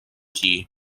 tea